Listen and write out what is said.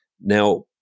Now